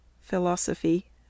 Philosophy